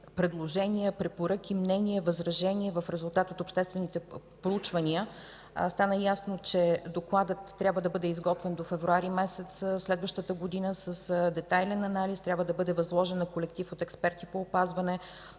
предложения, препоръки, мнения и възражения в резултат на обществените проучвания. Стана ясно, че докладът трябва да бъде изготвен до февруари месец следващата година с детайлен анализ. Трябва да бъде възложен на колектив от експерти по опазване